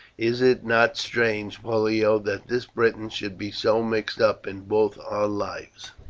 is it not strange, pollio, that this briton should be so mixed up in both our lives?